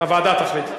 הוועדה תחליט.